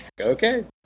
Okay